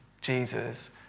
Jesus